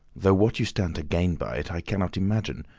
though what you stand to gain by it i cannot imagine.